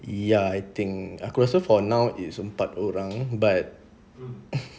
ya I think aku rasa for now empat orang but